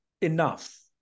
enough